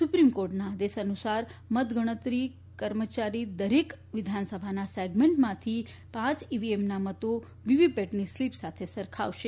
supreme કોર્ટના આદેશ અનુસાર મતગણતરી કર્મચારી દરેક વિધાનસભાના સેગમેન્ટમાંથી પાંચ ઈવીએમના મતો વીવીપેટની સ્લીપ સાથે સરખાવશે